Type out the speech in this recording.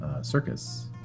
circus